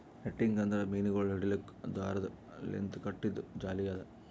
netting ಅಂದುರ್ ಮೀನಗೊಳ್ ಹಿಡಿಲುಕ್ ದಾರದ್ ಲಿಂತ್ ಕಟ್ಟಿದು ಜಾಲಿ ಅದಾ